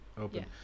open